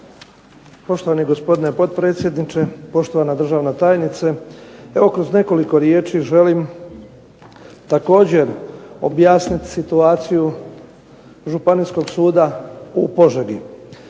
Poštovani gospodine potpredsjedniče, poštovana državna tajnice. Evo kroz nekoliko riječi želim također objasniti situaciju Županijskog suda u Požegi.